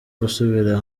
gusubira